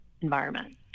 environment